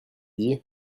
dit